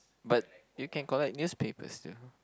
but you can collect newspapers you know